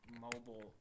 mobile